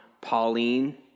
Pauline